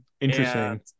Interesting